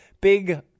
big